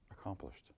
accomplished